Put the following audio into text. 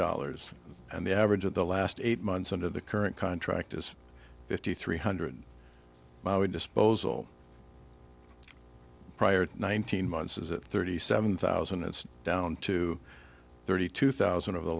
dollars and the average of the last eight months under the current contract is fifty three hundred disposal prior nineteen months is at thirty seven thousand it's down to thirty two thousand of the